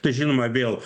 tai žinoma vėl